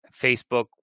Facebook